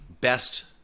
Best